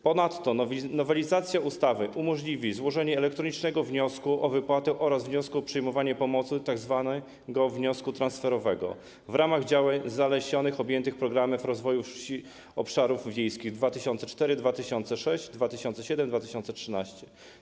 Ponadto nowelizacja ustawy umożliwi złożenie elektronicznego wniosku o wypłatę oraz wniosku o przyjmowanie pomocy, tzw. wniosku transferowego, w ramach działań zalesieniowych objętych Programem Rozwoju Obszarów Wiejskich w latach 2004-2006 i 2007-2013.